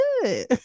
good